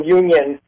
union